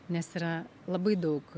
nes yra labai daug